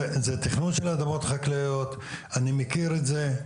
זה תכנון של אדמות חקלאיות, אני מכיר את זה.